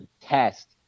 test